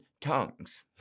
tongues